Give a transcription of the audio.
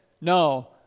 no